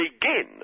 begin